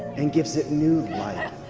and gives it new life.